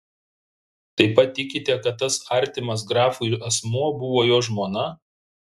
taip pat tikite kad tas artimas grafui asmuo buvo jo žmona